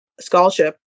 scholarship